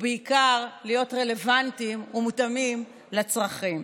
ובעיקר להיות רלוונטיים ומותאמים לצרכים.